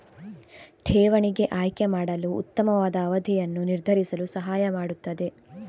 ಠೇವಣಿಗೆ ಆಯ್ಕೆ ಮಾಡಲು ಉತ್ತಮವಾದ ಅವಧಿಯನ್ನು ನಿರ್ಧರಿಸಲು ಸಹಾಯ ಮಾಡುತ್ತದೆ